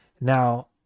Now